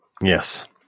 Yes